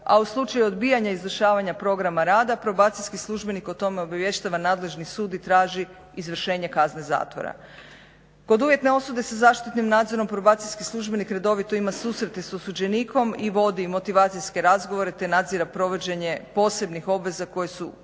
a u slučaju odbijanja izvršavanja programa rada probacijski službenik o tome obavještava nadležni sud i traži izvršenje kazne zatvora. Kod uvjetne osude sa zaštitnim nadzorom probacijski službenik redovito ima susrete s osuđenikom i vodi motivacijske razgovore te nadzire provođenje posebnih obveza koje su osuđeniku